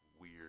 weird